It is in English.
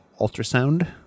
ultrasound